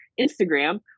Instagram